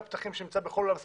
הפתחים שנמצאים בכל אולם ספורט,